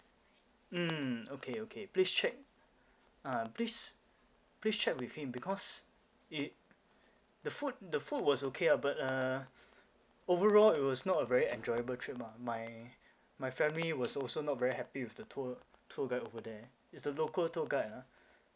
mm okay okay please check ah please please check with him because it the food the food was okay ah but uh overall it was not a very enjoyable trip ah my my family was also not very happy with the tour tour guide over there is a local tour guide ah